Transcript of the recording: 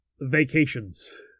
vacations